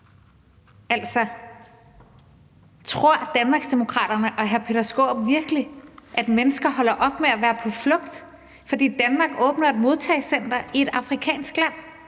igen: Tror Danmarksdemokraterne og hr. Peter Skaarup virkelig, at mennesker holder op med at være på flugt, fordi Danmark åbner et modtagecenter i et afrikansk land?